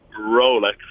Rolex